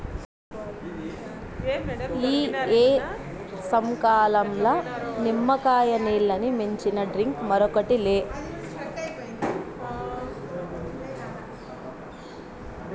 ఈ ఏసంకాలంల నిమ్మకాయ నీల్లని మించిన డ్రింక్ మరోటి లే